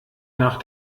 nach